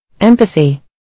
Empathy